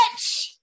bitch